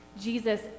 Jesus